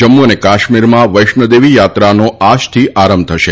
જમ્મુ કાશ્મીરમાં વૈષ્ણોદેવી યાત્રાનો આજથી આરંભ થશે